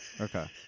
okay